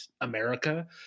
America